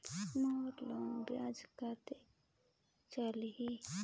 मोर loan ब्याज कतेक चलही?